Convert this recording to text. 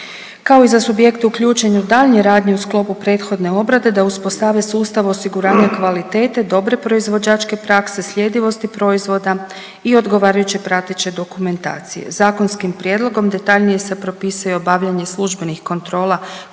kao i za subjekte uključene u daljnju radnju u sklopu prethodne obrade, da uspostave sustav osiguranja kvalitete dobre proizvođačke prakse, sljedivosti proizvoda i odgovarajuće prateće dokumentacije. Zakonskim prijedlogom detaljnije se propisuje obavljanje službenih kontrola